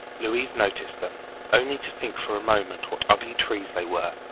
louise noticed them only to think for a moment what ugly trees they were.